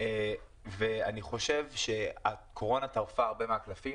אני חושב שהקורונה טרפה הרבה מהקלפים